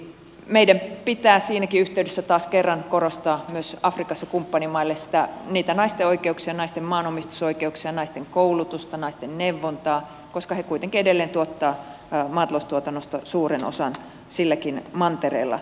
meidän pitää siinäkin yhteydessä taas kerran korostaa myös afrikassa kumppanimaille niitä naisten oikeuksia naisten maanomistusoikeuksia naisten koulutusta naisten neuvontaa koska he kuitenkin edelleen tuottavat maataloustuotannosta suuren osan silläkin mantereella